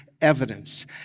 evidence